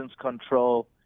control